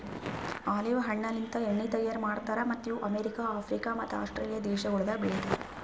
olive ಹಣ್ಣಲಿಂತ್ ಎಣ್ಣಿ ತೈಯಾರ್ ಮಾಡ್ತಾರ್ ಮತ್ತ್ ಇವು ಅಮೆರಿಕ, ಆಫ್ರಿಕ ಮತ್ತ ಆಸ್ಟ್ರೇಲಿಯಾ ದೇಶಗೊಳ್ದಾಗ್ ಬೆಳಿತಾರ್